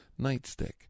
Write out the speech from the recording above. nightstick